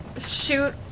shoot